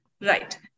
right